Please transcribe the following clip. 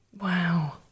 wow